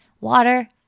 Water